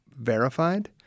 verified